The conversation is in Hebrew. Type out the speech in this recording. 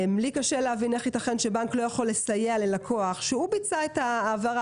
לי קשה להבין איך יתכן שבנק לא יכול לסייע ללקוח שהוא ביצע את ההעברה,